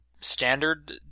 standard